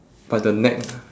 by the neck lah